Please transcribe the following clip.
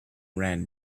ran